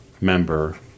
member